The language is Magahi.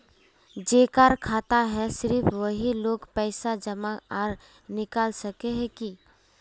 जेकर खाता है सिर्फ वही लोग पैसा जमा आर निकाल सके है की?